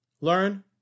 learn